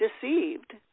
deceived